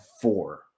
four